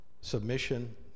Submission